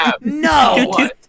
No